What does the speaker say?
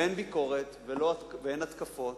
ואין ביקורת ואין התקפות.